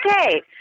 Okay